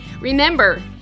Remember